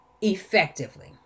effectively